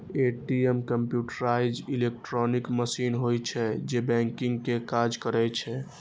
ATM computerised electronic machine होइ छै, जे बैंकिंग के काज करै छै